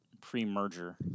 pre-merger